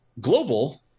Global